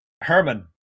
Herman